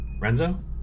Renzo